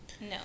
no